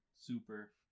Super